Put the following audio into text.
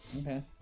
Okay